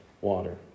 water